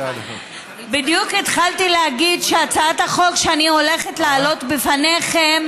בדיוק התחלתי להגיד שהצעת החוק שאני הולכת להעלות לפניכם